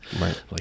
right